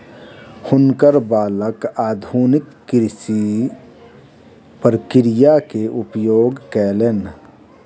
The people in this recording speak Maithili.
हुनकर बालक आधुनिक कृषि प्रक्रिया के उपयोग कयलैन